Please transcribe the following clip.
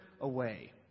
away